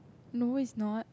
no is not